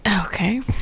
Okay